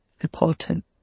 important